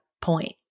point